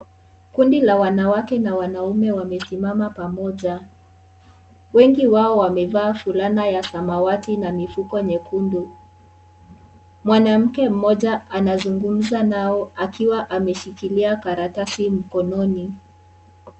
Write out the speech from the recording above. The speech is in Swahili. Kundi la wanawake na wanaume wamesimama pamoja, wengi wao qamevaa fulana ya samamwati na mifuko nyekundu, mwanamke mmoja anazungumza nao akiwa ameshikilia karatasi mkononi.